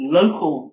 local